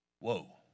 whoa